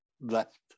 left